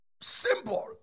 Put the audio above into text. Simple